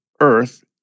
Earth